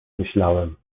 myślałem